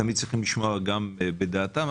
צריך לשמוע גם את דעת אנשי משרד האוצר,